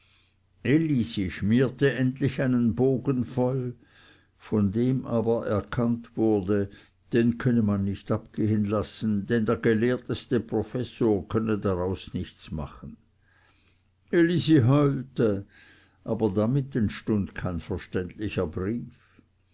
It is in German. schmierte endlich einen bogen voll von dem aber erkannt wurde den könne man nicht abgehen lassen denn der gelehrteste professor könne nichts daraus machen elisi heulte aber damit entstund kein verständlicher brief